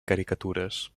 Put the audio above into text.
caricatures